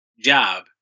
job